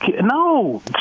No